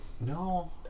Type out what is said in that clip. No